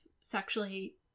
sexually